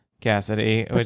Cassidy